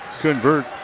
convert